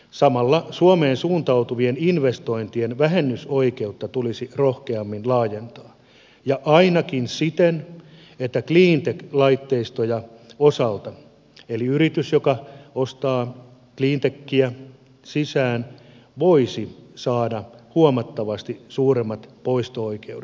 samalla suomeen suuntautuvien investointien vähennysoikeutta tulisi rohkeammin laajentaa ja ainakin siten että cleantech laitteistojen osalta eli yritys joka ostaa cleantechia sisään voisi saada huomattavasti suuremmat poisto oikeudet